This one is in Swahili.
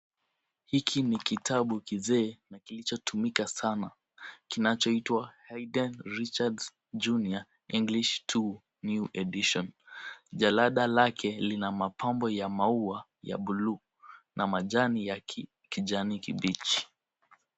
Hiki ni kitabu kizee na kilichotumika sana kinachoitwa Hayden Richards Junior English 2 New Edition . Jalada lake lina mapambo ya maua ya blue na majani ya kijani kibichi.